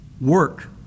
work